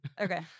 Okay